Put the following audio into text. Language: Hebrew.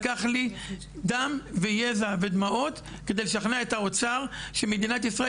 לקח לי דם ויזע דמעות כדי לשכנע את האוצר שמדינת ישראל